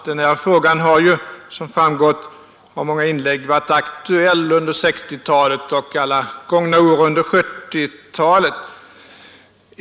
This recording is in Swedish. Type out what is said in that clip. Den här frågan har ju, som framgått av många inlägg, varit aktuell under nästan hela 1960-talet och alla de gångna åren av 1970-talet.